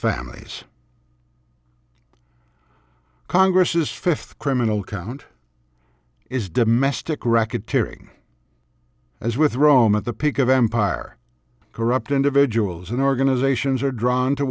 families congress is fifth criminal count is domestic racketeering as with rome at the peak of empire corrupt individuals and organizations are drawn to